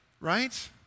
Right